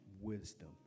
wisdom